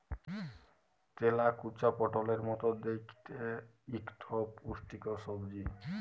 তেলাকুচা পটলের মত দ্যাইখতে ইকট পুষ্টিকর সবজি